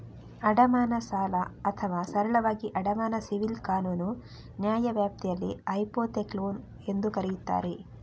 ಅಡಮಾನ ಸಾಲ ಅಥವಾ ಸರಳವಾಗಿ ಅಡಮಾನ ಸಿವಿಲ್ ಕಾನೂನು ನ್ಯಾಯವ್ಯಾಪ್ತಿಯಲ್ಲಿ ಹೈಪೋಥೆಕ್ಲೋನ್ ಎಂದೂ ಕರೆಯುತ್ತಾರೆ